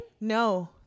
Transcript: No